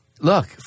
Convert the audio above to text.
look